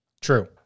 True